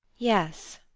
yes,